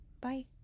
Bye